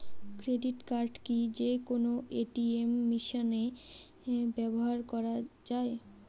Credit card কি যে কোনো এ.টি.এম মেশিনে ব্যবহার করা য়ায়?